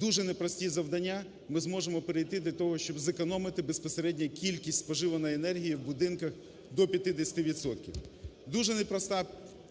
дуже непрості завдання, ми зможемо перейти для того, щоб зекономити безпосередньо кількість споживаної енергії в будинках до 50 відсотків. Дуже непроста задач,